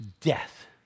death